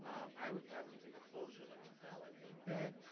i would have to take a closer look to validate that.